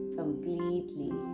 completely